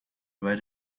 write